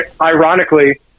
ironically